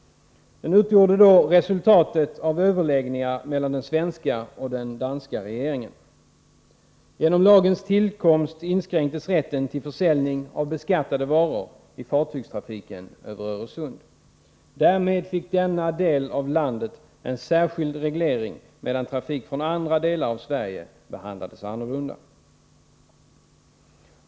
Den utgjorde då resultatet av överläggningar mellan den svenska och den danska regeringen. Genom lagens tillkomst inskränktes rätten till försäljning av beskattade varor i fartygstrafiken över Öresund. Därmed fick denna del av landet en särskild reglering, medan trafik från andra delar av Sverige behandlades annorlunda.